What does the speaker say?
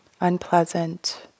unpleasant